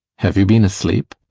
have you been asleep?